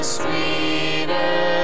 sweeter